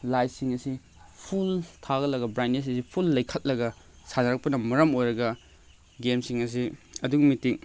ꯂꯥꯏꯠꯁꯤꯡ ꯑꯁꯤ ꯐꯨꯜ ꯊꯥꯒꯠꯂꯒ ꯕ꯭ꯔꯥꯏꯗꯅꯦꯁ ꯑꯁꯤ ꯐꯨꯜ ꯂꯩꯈꯠꯂꯒ ꯁꯥꯟꯅꯔꯛꯄꯅ ꯃꯔꯝ ꯑꯣꯏꯔꯒ ꯒꯦꯝꯁꯤꯡ ꯑꯁꯤ ꯑꯗꯨꯛꯀꯤ ꯃꯇꯤꯛ